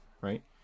right